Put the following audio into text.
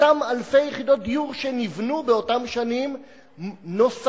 אותן אלפי יחידות דיור שנבנו באותן שנים נוספות